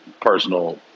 personal